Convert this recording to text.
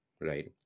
right